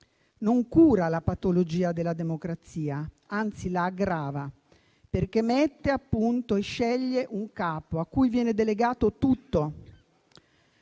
Non cura la patologia della democrazia, anzi la aggrava, perché mette a punto e sceglie un capo a cui viene delegato tutto